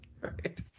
Right